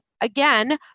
again